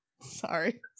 Sorry